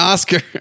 Oscar